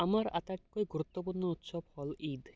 আমাৰ আটাইতকৈ গুৰুত্বপূৰ্ণ উৎসৱ হ'ল ঈদ